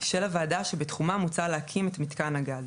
של הוועדה שבתחומה מוצע להקים את מיתקן הגז,